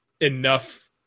enough